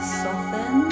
soften